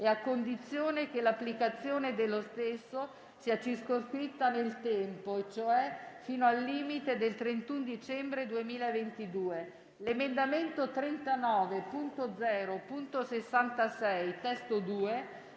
condizione che l'applicazione dello stesso sia circoscritta nel tempo, cioè fino al limite del 31 dicembre 2022. L'emendamento 39.0.66 (testo 2)